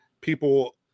people